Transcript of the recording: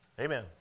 Amen